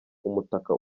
umutaka